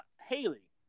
Haley